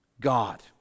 God